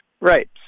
Right